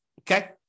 Okay